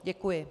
Děkuji.